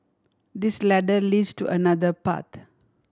this ladder leads to another path